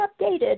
updated